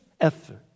effort